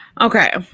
Okay